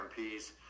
MPs